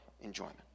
enjoyment